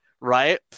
Right